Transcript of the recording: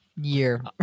year